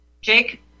Jake